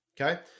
Okay